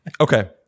Okay